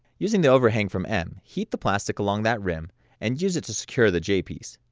using the over-hang from m, heat the plastic along that rim and use it to secure the j piece,